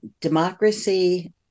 democracy